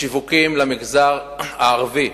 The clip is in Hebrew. השיווקים למגזר הערבי,